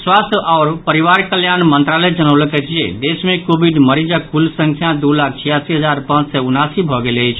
स्वास्थ्य आओर परिवार कल्याण मंत्रालय जनौलक अछि जे देश मे कोविड मरीजक कुल संख्या दू लाख छियासी हजार पांच सय उनासी भऽ गेल अछि